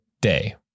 day